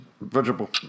Vegetable